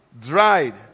dried